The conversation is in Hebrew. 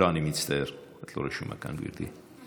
לא, אני מצטער, את לא רשומה כאן, גברתי.